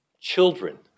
Children